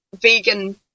vegan